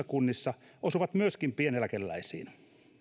kunnissa osuvat myöskin pieneläkeläisiin